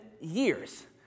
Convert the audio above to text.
years